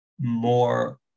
more